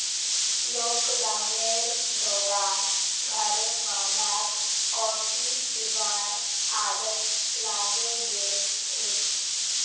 लॉकडाउनेर दौरान घरवालाक कॉफी पीबार आदत लागे गेल छेक